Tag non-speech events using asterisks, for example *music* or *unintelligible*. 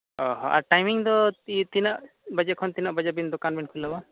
ᱚᱼᱦᱚ ᱟᱨ ᱴᱟᱭᱢᱤᱝᱫᱚ *unintelligible* ᱛᱤᱱᱟᱹᱜ ᱵᱟᱡᱮ ᱠᱷᱚᱱ ᱛᱤᱱᱟᱹᱜ ᱵᱟᱡᱮᱵᱤᱱ ᱫᱳᱠᱟᱱᱵᱤᱱ ᱠᱷᱩᱞᱟᱹᱣᱟ